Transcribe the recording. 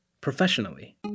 professionally